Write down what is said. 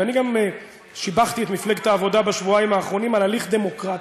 ואני גם שיבחתי את מפלגת העבודה בשבועיים האחרונים על הליך דמוקרטי,